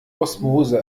osmose